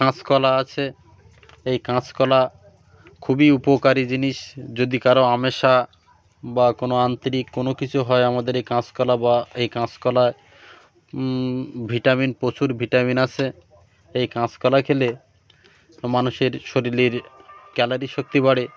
কাঁচকলা আছে এই কাঁচকলা খুবই উপকারী জিনিস যদি কারো আমাশা বা কোনো আন্তরিক কোনো কিছু হয় আমাদের এই কাঁচকলা বা এই কাঁচকলায় ভিটামিন প্রচুর ভিটামিন আসে এই কাঁশকলা খেলে মানুষের শরীরের ক্যালরি শক্তি বাড়ে